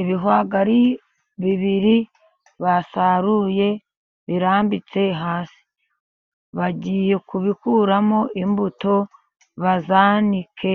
Ibihwagari bibiri basaruye birambitse hasi, bagiye kubikuramo imbuto bazanike